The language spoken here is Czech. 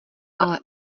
ale